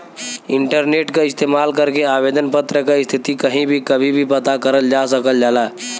internet क इस्तेमाल करके आवेदन पत्र क स्थिति कहीं भी कभी भी पता करल जा सकल जाला